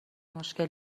خوشحالم